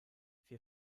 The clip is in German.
wir